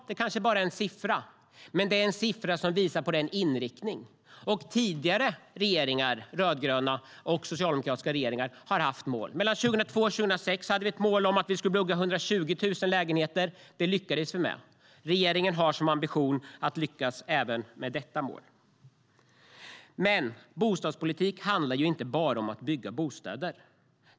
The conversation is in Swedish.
Det kanske bara är en siffra, men det är en siffra som visar på inriktning. Tidigare rödgröna och socialdemokratiska regeringar har haft mål. Vi hade ett mål 2002-2006 om att vi skulle bygga 120 000 lägenheter. Det lyckades vi med. Regeringen har som ambition att lyckas även med detta mål. Men bostadspolitik handlar inte bara om att bygga bostäder.